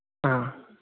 ꯑꯥ